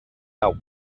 nou